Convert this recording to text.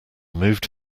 moved